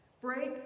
break